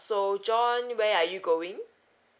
so john where are you going